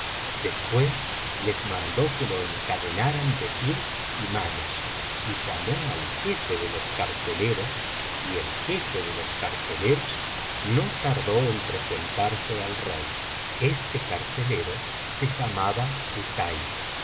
después les mandó que lo encadenaran de pies y manos y llamó al jefe de los carceleros y el jefe de los carceleros no tardó en presentarse al rey este carcelero se llamaba